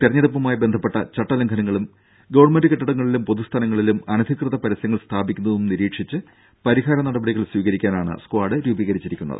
തിരഞ്ഞെടുപ്പുമായി ബന്ധപ്പെട്ട ചട്ടലംഘനങ്ങളും ഗവൺമെന്റ് കെട്ടിടങ്ങളിലും പൊതുസ്ഥലങ്ങളിലും അനധികൃത പരസ്യങ്ങൾ സ്ഥാപിക്കുന്നതും നിരീക്ഷിച്ച് പരിഹാര നടപടികൾ സ്വീകരിക്കാനാണ് സ്ക്വാഡ് രൂപീകരിച്ചിരിക്കുന്നത്